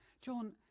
John